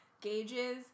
gauges